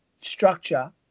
structure